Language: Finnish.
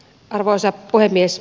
arvoisa puhemies